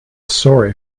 sorry